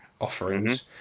offerings